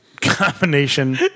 combination